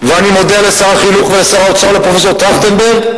אני מודה לשר החינוך ולשר האוצר ולפרופסור טרכטנברג,